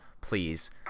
Please